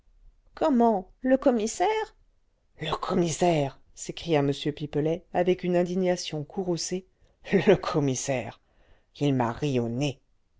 comment le commissaire le commissaire s'écria m pipelet avec une indignation courroucée le commissaire il m'a ri au nez